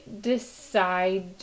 decide